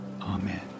Amen